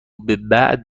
بعد